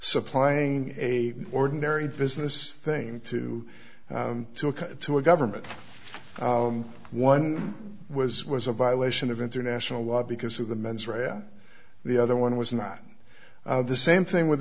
supplying a ordinary business thing to talk to a government one was was a violation of international law because of the mens rea or the other one was not the same thing with